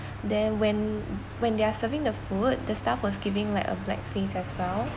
then when when they're serving the food the staff was giving like a black face as well